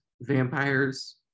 vampires